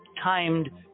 timed